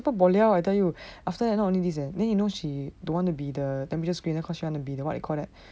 super bo liao I tell you after that not only this eh then you know she don't want to be the temperature screener cause she don't wanna be the what you call that